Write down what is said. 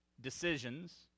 decisions